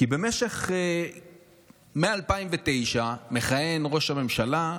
כי מ-2009 מכהן ראש הממשלה,